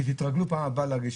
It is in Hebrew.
שיתרגלו בפעם הבאה להגיש,